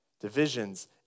Divisions